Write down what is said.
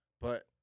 But-